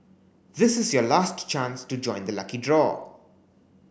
this is your last chance to join the lucky draw